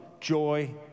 joy